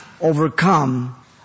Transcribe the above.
overcome